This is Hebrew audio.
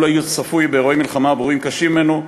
וצפוי באירועי מלחמה ואירועים קשים ממנו.